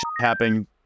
happening